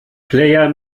player